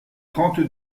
trente